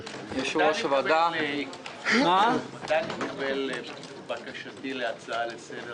סליחה, הצעה לסדר